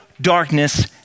darkness